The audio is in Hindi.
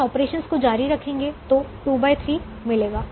इन ऑपरेशनस को जारी रखेंगे तो 23 मिलेगा